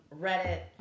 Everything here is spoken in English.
Reddit